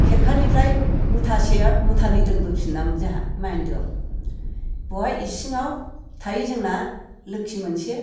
खेरखानिफ्राय मुथासेया मुथानैया दोनबोफिननांगौ जाहा माइन्दोआव बेवहाय इसिङाव थायो जोंना लोक्षि मोनसे